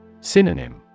Synonym